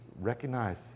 recognize